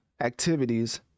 activities